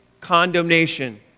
condemnation